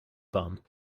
bahn